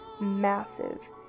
massive